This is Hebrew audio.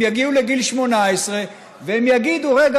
הם יגיעו לגיל 18 והם יגידו: רגע,